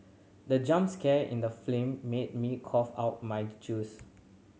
the jump scare in the made me cough out my juice